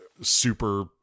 super